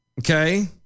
Okay